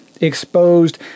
exposed